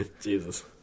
Jesus